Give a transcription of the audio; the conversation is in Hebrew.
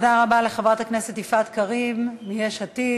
תודה רבה לחברת הכנסת יפעת קריב מיש עתיד.